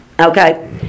Okay